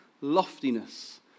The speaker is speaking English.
loftiness